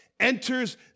enters